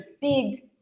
big